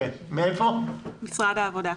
תמר מתתיהו, משרד העבודה.